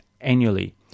annually